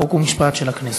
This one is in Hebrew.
חוק ומשפט נתקבלה.